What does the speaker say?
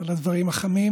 על הדברים החמים